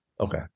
okay